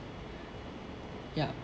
ya